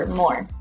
more